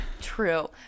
True